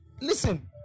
listen